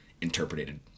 interpreted